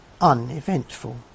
uneventful